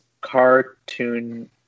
cartoon